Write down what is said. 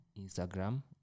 Instagram